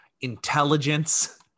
intelligence